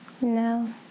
No